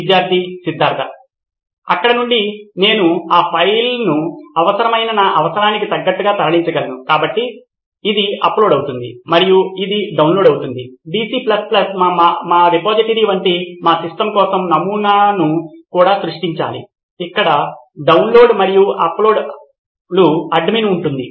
విద్యార్థి సిద్ధార్థ్ అక్కడ నుండి నేను ఆ ఫైల్ను అవసరమైన నా అవసరానికి తగ్గట్టుగా తరలించగలను కాబట్టి ఇది అప్లోడ్ అవుతుంది మరియు ఇది డౌన్లోడ్ అవుతుంది DC మా రిపోజిటరీ వంటి మా సిస్టమ్ కోసం నమూనాను కూడా సృష్టించాలి ఇక్కడ డౌన్లోడ్ మరియు అప్లోడ్లు అడ్మిన్ ఉంటుంది